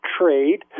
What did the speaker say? trade